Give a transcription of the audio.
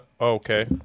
Okay